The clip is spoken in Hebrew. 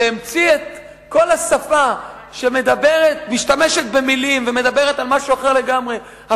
שהמציא את כל השפה שמשתמשת במלים ומדברת על משהו אחר לגמרי,